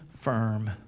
firm